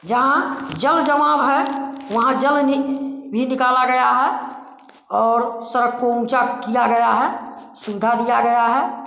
जहाँ जल जमाव है वहाँ जल नी भी निकाला गया है और सड़क को ऊँचा किया गया है सुविधा किया गया है